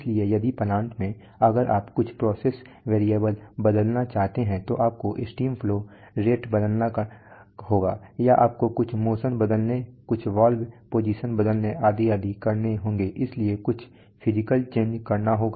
इसलिए यदि प्लांट में अगर आप कुछ प्रोसेस वेरिएबल बदलना चाहते हैं तो आपको स्टीम फ्लो रेट बदलना होगा या आपको कुछ मोशन बदलने कुछ वॉल्व पोजिशन बदलने आदि आदि करने होंगे इसलिए कुछ फिजिकल चेंज करना होगा